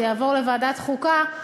זה יעבור לוועדת חוקה,